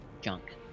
junk